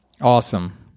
Awesome